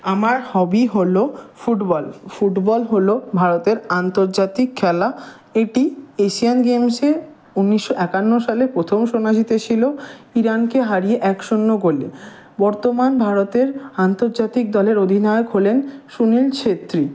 আমার হবি হলো football football হলো ভারতের আন্তর্জাতিক খেলা এটি এশিয়ান গেমসে উন্নিশশো একান্ন সালে প্রথম সোনা জিতেছিলো ইরানকে হারিয়ে এক শূন্য গোলে বর্তমান ভারতের আন্তর্জাতিক দলের অধিনায়ক হলেন সুনীল ছেত্রী